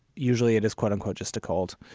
usually it is quote unquote, just a cold.